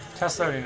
tesla